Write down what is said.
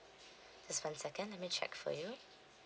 just one second let me check for you